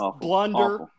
blunder